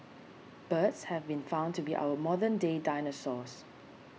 birds have been found to be our modern day dinosaurs